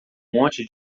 monte